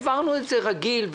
העברנו את זה רגיל,